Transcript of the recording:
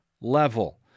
level